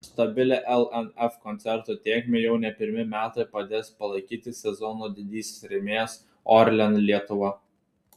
stabilią lnf koncertų tėkmę jau ne pirmi metai padės palaikyti sezono didysis rėmėjas orlen lietuva